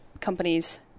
companies